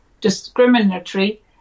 discriminatory